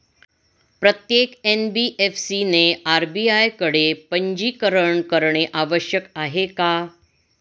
प्रत्येक एन.बी.एफ.सी ने आर.बी.आय कडे पंजीकरण करणे आवश्यक आहे का?